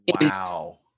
Wow